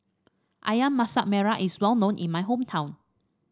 ayam Masak Merah is well known in my hometown